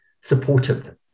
supportive